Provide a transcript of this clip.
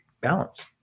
balance